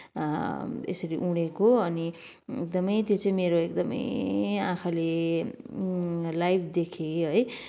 यसरी उडेको अनि एकदमै त्यो चाहिँ मेरो एकदमै आँखाले लाइभ देखेँ है